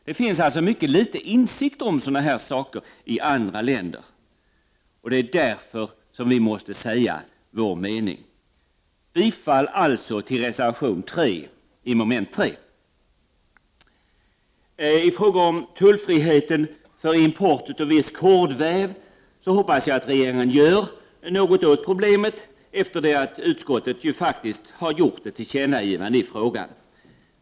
Det finns alltså mycket liten insikt om sådana här saker i andra länder, och det är därför som vi måste säga vår mening. I fråga om tullfriheten för import av viss kordväv hoppas jag att regeringen & f något åt problemet, efter det att utskottet har gjort ett tillkännagivande if. igan.